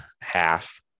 half